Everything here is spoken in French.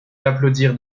d’applaudir